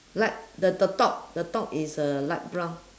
like the the top the top is uh light brown